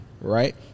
Right